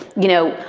you know,